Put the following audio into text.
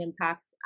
impact